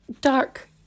dark